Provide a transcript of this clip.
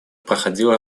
проходила